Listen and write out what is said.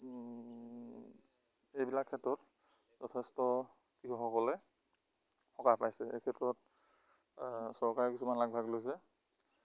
এইবিলাক ক্ষেত্ৰত যথেষ্ট কৃষকসকলে সকাহ পাইছে এই ক্ষেত্ৰত চৰকাৰে কিছুমান আগভাগ লৈছে